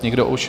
Nikdo už.